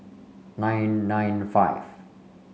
nine nine five